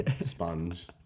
sponge